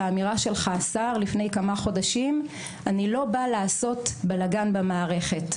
על האמירה שלך לפני כמה חודשים: אני לא בא לעשות בלגאן במערכת,